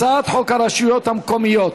הצעת חוק הרשויות המקומיות.